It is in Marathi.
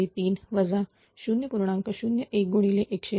01 1603 0